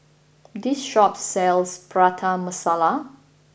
this shop sells Prata Masala